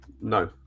No